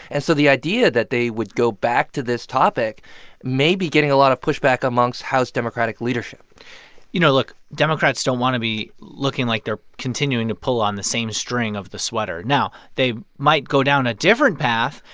and so the idea that they would go back to this topic may be getting a lot of pushback amongst house democratic leadership you know, look. democrats don't want to be looking like they're continuing to pull on the same string of the sweater. now, they might go down a different path.